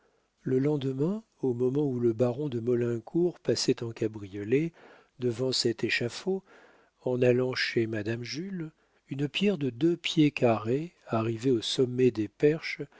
le lendemain au moment où le baron de maulincour passait en cabriolet devant cet échafaud en allant chez madame jules une pierre de deux pieds carrés arrivée au sommet des perches